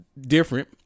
different